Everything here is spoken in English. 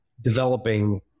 developing